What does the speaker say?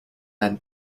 then